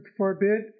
forbid